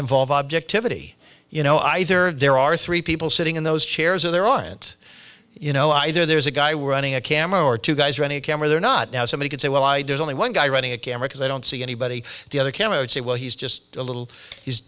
involve objectivity you know either there are three people sitting in those chairs or there aren't you know either there's a guy we're running a camera or two guys running a camera they're not now somebody could say well i did only one guy running a camera because i don't see anybody the other camera say well he's just a little he's